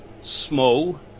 small